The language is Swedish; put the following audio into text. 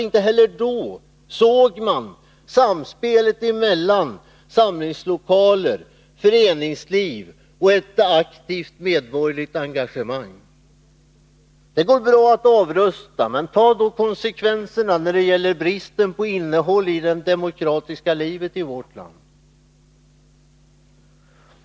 Inte heller då såg man samspelet mellan samlingslokaler, föreningsliv och ett aktivt medborgerligt engagemang. Det går bra att avrusta — men ta då också konsekvenserna när det gäller bristen på innehåll i det demokratiska livet i vårt land!